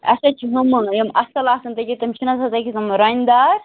اَسہِ حظ چھِ ہُمہٕ یِم اَصٕل آسان تکیٛاہ تِم چھِنہٕ حظ تِم رۄنہِ دار